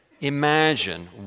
Imagine